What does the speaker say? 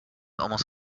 almost